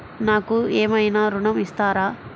నాకు ఏమైనా ఋణం ఇస్తారా?